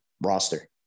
roster